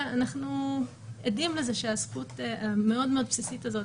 אנחנו עדים לזה שהזכות המאוד מאוד בסיסית הזאת